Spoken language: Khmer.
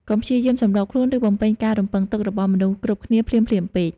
កុំព្យាយាមសម្របខ្លួន ឬបំពេញការរំពឹងទុករបស់មនុស្សគ្រប់គ្នាភ្លាមៗពេក។